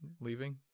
leaving